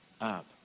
up